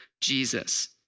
Jesus